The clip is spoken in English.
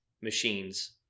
machines